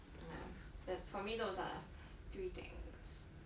ya th~ for me that was like ah three things